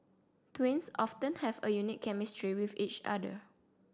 twins often have a unique chemistry with each other